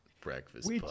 breakfast